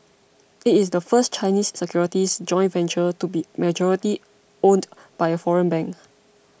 it is the first Chinese securities joint venture to be majority owned by a foreign bank